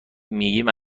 میگیم